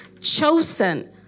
chosen